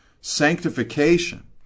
sanctification